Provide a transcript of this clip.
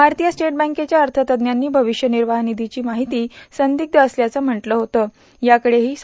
भारतीय स्टेट बँकेच्या अर्थतज्ज्ञांनी भविष्य निर्वाह निषीची माहिती संदिग्ध असल्याचं म्हटलं होतं या कडेझी श्री